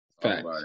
Fact